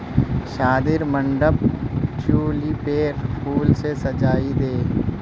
शादीर मंडपक ट्यूलिपेर फूल स सजइ दे